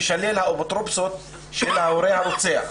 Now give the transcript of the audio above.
תישלל האפוטרופסות של ההורה הרוצח,